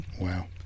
wow